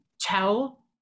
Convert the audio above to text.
tell